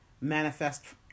manifest